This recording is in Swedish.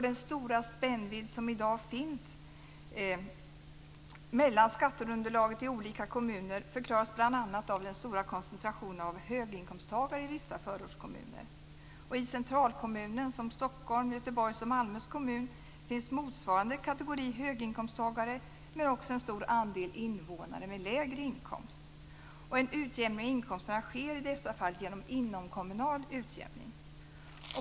Den stora spännvidd som i dag finns mellan skatteunderlaget i olika kommuner förklaras bl.a. av den stora koncentrationen av höginkomsttagare i vissa förortskommuner. I centralkommuner som Stockholms, Göteborgs och Malmös kommuner finns motsvarande kategori höginkomsttagare men också en stor andel invånare med lägre inkomst. En utjämning av inkomsterna sker i dessa fall genom inomkommunal utjämning.